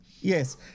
Yes